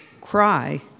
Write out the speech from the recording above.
cry